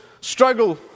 struggle